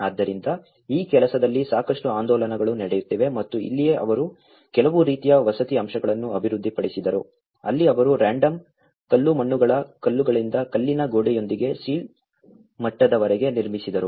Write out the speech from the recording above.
ಆದ್ದರಿಂದ ಈ ಕೆಲಸದಲ್ಲಿ ಸಾಕಷ್ಟು ಆಂದೋಲನಗಳು ನಡೆಯುತ್ತಿವೆ ಮತ್ತು ಇಲ್ಲಿಯೇ ಅವರು ಕೆಲವು ರೀತಿಯ ವಸತಿ ಅಂಶಗಳನ್ನು ಅಭಿವೃದ್ಧಿಪಡಿಸಿದರು ಅಲ್ಲಿ ಅವರು ರಾಂಡಮ್ ಕಲ್ಲುಮಣ್ಣುಗಳ ಕಲ್ಲುಗಳಿಂದ ಕಲ್ಲಿನ ಗೋಡೆಯೊಂದಿಗೆ ಸಿಲ್ ಮಟ್ಟದವರೆಗೆ ನಿರ್ಮಿಸಿದರು